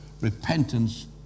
repentance